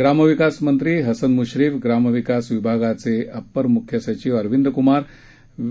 ग्रामविकास मंत्री हसन मुश्रीफ ग्रामविकास विभागाचे अपर मुख्य सचिव अरविंदकुमार